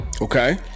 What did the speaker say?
Okay